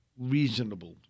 reasonable